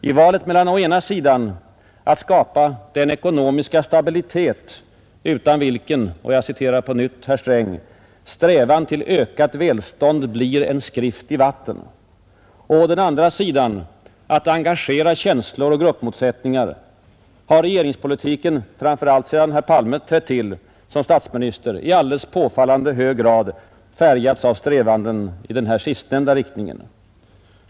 I valet mellan å ena sidan att skapa den ekonomiska stabilitet utan vilken — och jag citerar på nytt herr Sträng — ”strävan till ökat välstånd blir en skrift i vatten”, och å den andra sidan att engagera känslor och gruppmotsättningar har regeringspolitiken, framför allt sedan herr Palme trätt till som statsminister, i alldeles påfallande hög grad färgats av strävanden i den sistnämnda riktningen.